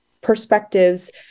perspectives